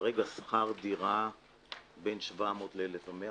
כרגע סיוע בשכר דירה של בין 700 1,100 שקלים,